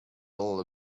all